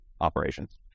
operations